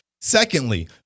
Secondly